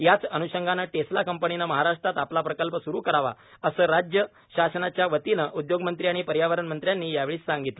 याच अन्षंगानं टेस्ला कंपनीनं महाराष्ट्रात आपला प्रकल्प सुरू करावा असं राज्य शासनाच्यावतीनं उदयोगमंत्री आणि पर्यावरण मंत्र्यांनी यावेळी सांगितलं